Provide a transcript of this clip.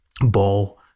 ball